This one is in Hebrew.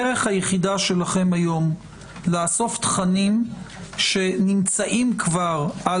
הדרך היחידה שלכם היום לאסוף תכנים שנמצאים כבר על